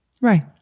Right